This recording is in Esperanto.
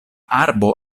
arbo